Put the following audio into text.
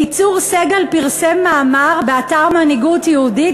אליצור סגל פרסם מאמר באתר "מנהיגות יהודית"